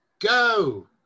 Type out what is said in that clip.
Go